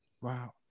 Wow